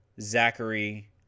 Zachary